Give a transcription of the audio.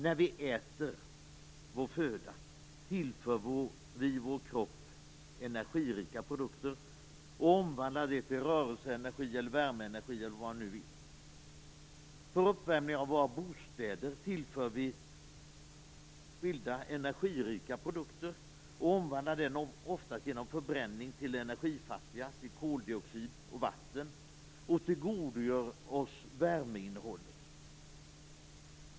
När vi äter vår föda tillför vi vår kropp energirika produkter och omvandlar det till rörelseenergi, värmeenergi osv. För uppvärmning av våra bostäder tillför vi skilda energirika produkter och omvandlar dem oftast genom förbränning till energifattiga produkter - till koldioxid och vatten - och tillgodogör oss värmeinnehållet.